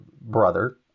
brother